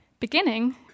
Beginning